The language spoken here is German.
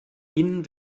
ihnen